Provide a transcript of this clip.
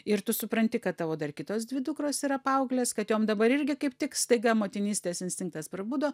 ir tu supranti kad tavo dar kitos dvi dukros yra paauglės kad jom dabar irgi kaip tik staiga motinystės instinktas prabudo